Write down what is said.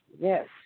Yes